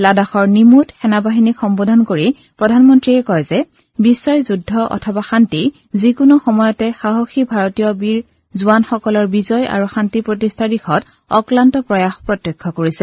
লাডাখৰ নিমুত সেনাবাহিনীক সম্নোধন কৰি প্ৰধানমন্ত্ৰীগৰাকীয়ে কয় যে বিশ্বই যুদ্ধ অথবা শান্তি যিকোনো সময়তে সাহসী ভাৰতীয় বীৰ জোৱানসকলৰ বিজয় আৰু শান্তি প্ৰতিষ্ঠাৰ দিশত অক্লান্ত প্ৰয়াস প্ৰত্যক্ষ কৰিছে